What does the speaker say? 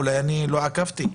מתי מפצים אותם?